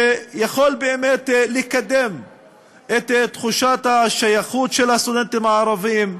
שיכול באמת לקדם את תחושת השייכות של הסטודנטים הערבים,